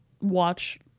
watch